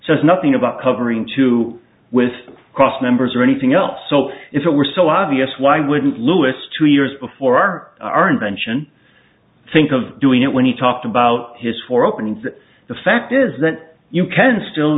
says nothing about covering two with cross members or anything else so if it were so obvious why wouldn't louis two years before our invention think of doing it when he talked about his four openings the fact is that you can still